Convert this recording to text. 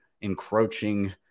encroaching